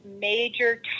major